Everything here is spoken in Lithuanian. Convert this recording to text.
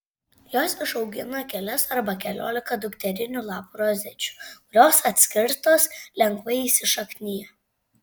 jos išaugina kelias arba keliolika dukterinių lapų rozečių kurios atskirtos lengvai įsišaknija